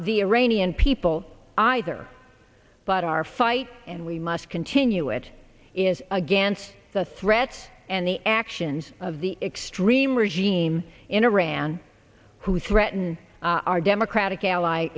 the iranian people either but our fight and we must continue it is against the threats and the actions of the extreme regime in iran who threaten our democratic ally